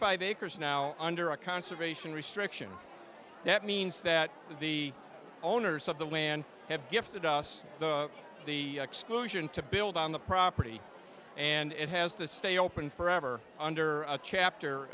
five acres now under a conservation restriction that means that the owners of the land have gifted us the exclusion to build on the property and it has to stay open forever under a chapter